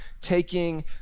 taking